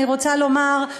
אני רוצה לומר,